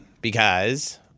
because-